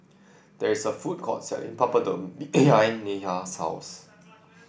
there is a food court selling Papadum behind Neha's house